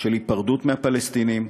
של היפרדות מהפלסטינים,